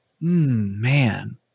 Man